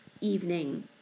evening